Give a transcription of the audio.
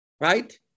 right